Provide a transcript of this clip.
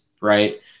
right